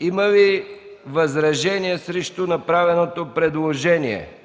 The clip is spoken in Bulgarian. Има ли възражения срещу направеното предложение?